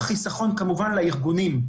גם חיסכון לארגונים.